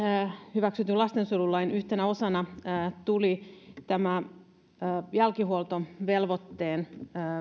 hyväksytyn lastensuojelulain yhtenä osana tuli tämä jälkihuoltovelvoitteen